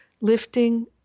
lifting